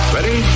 Ready